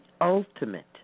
ultimate